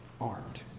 armed